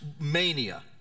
mania